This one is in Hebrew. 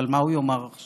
אבל מה הוא יאמר עכשיו